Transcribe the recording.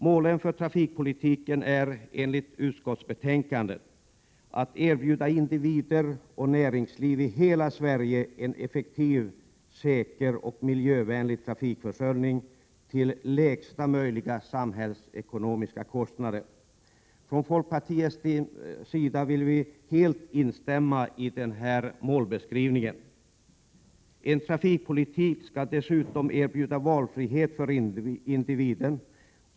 Målen för trafikpolitiken är enligt utskottsbetänkandet att erbjuda individer och näringsliv i hela Sverige en effektiv, säker och miljövänlig trafikförsörjning till lägsta möjliga samhällsekonomiska kostnader. Folkpartiet instämmer i denna målbeskrivning. En trafikpolitik skall dessutom erbjuda valfrihet för individen.